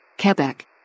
Quebec